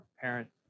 parents